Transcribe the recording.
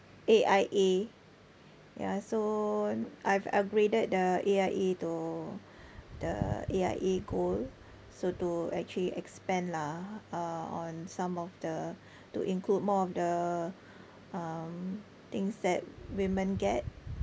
A_I_A yeah so I've upgraded the A_I_A to the A_I_A gold so to actually expand lah uh on some of the to include more of the um things that women get